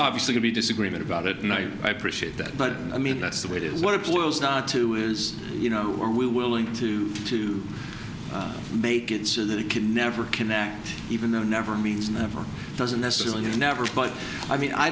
obviously to be disagreement about it no i appreciate that but i mean that's the way it is what it boils down to is you know are we willing to to make it so that it can never connect even though never means never doesn't necessarily you never but i mean i